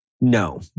No